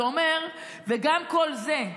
וגם כל זה,